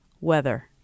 weather